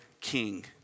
king